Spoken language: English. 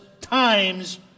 times